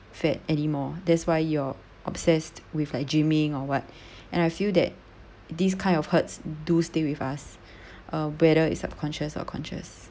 fat anymore that's why you're obsessed with like gymming or what and I feel that these kind of hurts do stay with us uh whether it's subconscious or conscious